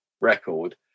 record